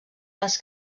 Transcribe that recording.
les